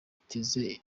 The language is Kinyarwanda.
biteze